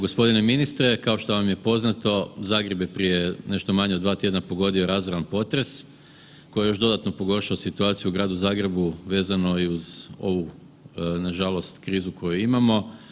Gospodine ministre kao što vam je poznato Zagreb je prije nešto manje od 2 tjedna pogodio razoran potres koji je još dodatno pogoršao situaciju u Gradu Zagrebu vezano i uz ovu nažalost krizu koju imamo.